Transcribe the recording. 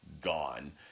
gone